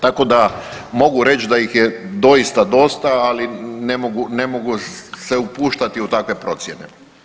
Tako da mogu reći da ih je doista dosta, ali ne mogu se upuštati u takve procjene.